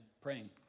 praying